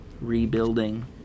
rebuilding